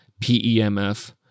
PEMF